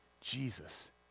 Jesus